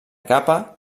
capa